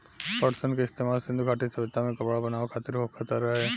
पटसन के इस्तेमाल सिंधु घाटी सभ्यता में कपड़ा बनावे खातिर होखत रहे